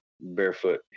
barefoot